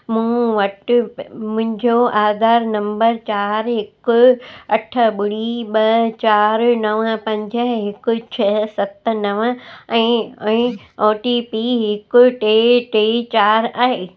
मूं वटि मुंहिंजो आधार नंबर चार हिकु अठ ॿुड़ी ॿ चार नव पंज हिकु छह सत नव ऐं ऐं ओ टी पी हिकु टे टे चार आहे